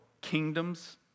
kingdoms